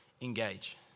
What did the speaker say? Engage